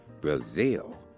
Brazil